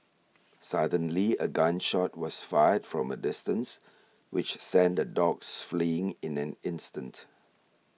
suddenly a gun shot was fired from a distance which sent the dogs fleeing in an instant